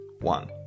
one